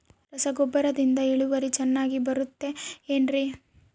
ರಸಗೊಬ್ಬರದಿಂದ ಇಳುವರಿ ಚೆನ್ನಾಗಿ ಬರುತ್ತೆ ಏನ್ರಿ?